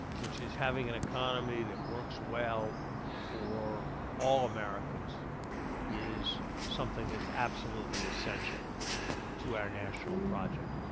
which is having an economy that works well for all americans is something that's absolutely essential to our national project.